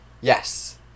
Yes